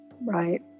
Right